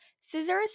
scissors